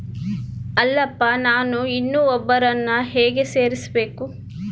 ಅಲ್ಲಪ್ಪ ನಾನು ಇನ್ನೂ ಒಬ್ಬರನ್ನ ಹೇಗೆ ಸೇರಿಸಬೇಕು?